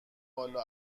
والا